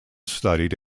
studied